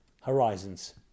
horizons